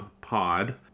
Pod